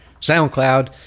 SoundCloud